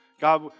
God